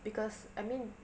because I mean